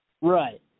Right